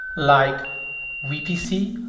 like vpc,